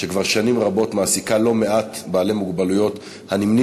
שכבר שנים רבות מעסיקה לא מעט בעלי מוגבלויות הנמנים